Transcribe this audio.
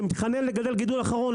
שמתחנן לגדל גידול אחרון.